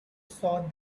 saw